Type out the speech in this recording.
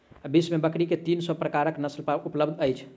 विश्व में बकरी के तीन सौ प्रकारक नस्ल उपलब्ध अछि